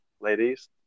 ladies